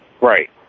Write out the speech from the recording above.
Right